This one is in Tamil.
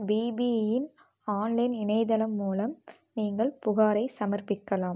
பிபியின் ஆன்லைன் இணையதளம் மூலம் நீங்கள் புகாரைச் சமர்ப்பிக்கலாம்